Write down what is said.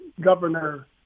Governor